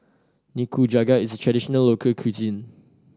nikujaga is traditional local cuisine